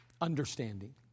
understanding